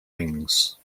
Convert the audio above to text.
rings